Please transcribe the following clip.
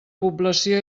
població